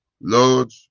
lord